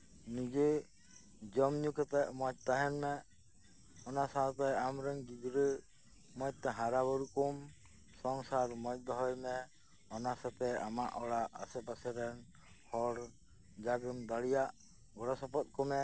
ᱱᱤᱡᱮ ᱡᱚᱢᱧᱩ ᱠᱟᱛᱮ ᱢᱚᱡᱽᱛᱟᱦᱮᱱ ᱢᱮ ᱚᱱᱟ ᱥᱟᱶᱛᱮ ᱟᱢᱨᱮᱱ ᱜᱤᱫᱽᱨᱟᱹ ᱢᱚᱡᱽᱛᱮ ᱦᱟᱨᱟ ᱵᱩᱨᱩᱠᱚᱢ ᱥᱚᱝᱥᱟᱨ ᱢᱚᱪᱫᱚᱦᱚᱭ ᱢᱮ ᱚᱱᱟ ᱥᱟᱛᱮᱜ ᱟᱢᱟᱜ ᱚᱲᱟᱜ ᱟᱥᱮ ᱯᱟᱥᱮᱨᱮᱱ ᱦᱚᱲ ᱡᱟᱜᱤᱢ ᱫᱟᱲᱮᱭᱟᱜ ᱜᱚᱲᱚᱥᱚᱯᱚᱦᱚᱫ ᱠᱚᱢᱮ